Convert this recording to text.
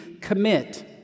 COMMIT